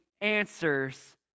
answers